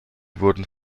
wurden